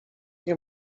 nie